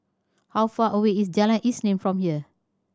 how far away is Jalan Isnin from here